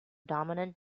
dominant